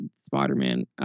Spider-Man